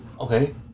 Okay